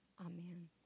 Amen